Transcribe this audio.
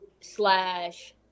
slash